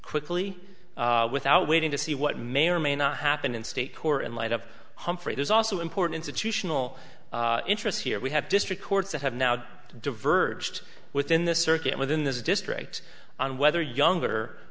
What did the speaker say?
quickly without waiting to see what may or may not happen in state court in light of humphrey there's also importance attritional interest here we have district courts that have now diverge to within the circuit within this district on whether younger